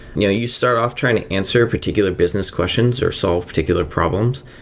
you know you start off trying answer particular business questions or solve particular problems,